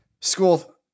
School